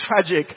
tragic